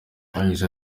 yagize